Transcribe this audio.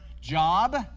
job